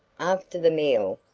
after the meal,